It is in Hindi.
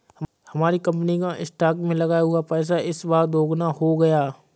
हमारी कंपनी का स्टॉक्स में लगाया हुआ पैसा इस बार दोगुना हो गया